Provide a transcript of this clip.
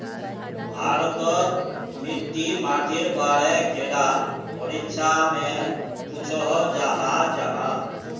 भारत तोत मिट्टी माटिर बारे कैडा परीक्षा में पुछोहो जाहा जाहा?